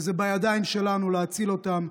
וזה בידיים שלנו להציל אותם.